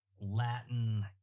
Latin